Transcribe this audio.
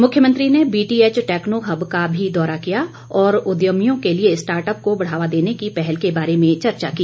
मुख्यमंत्री ने BTH techno hub का भी दौरा किया और उद्यमियों के लिए स्टार्टअप को बढ़ावा देने की पहल के बारे में चर्चा की